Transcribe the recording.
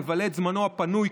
מבלה את זמנו הפנוי,